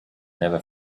never